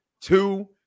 Two